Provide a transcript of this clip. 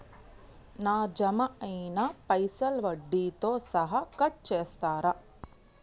నా జమ అయినా పైసల్ వడ్డీతో సహా కట్ చేస్తరా?